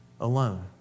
alone